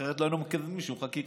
אחרת לא היינו מקדמים שום חקיקה.